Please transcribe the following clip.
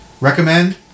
Recommend